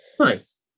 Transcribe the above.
nice